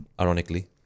ironically